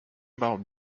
about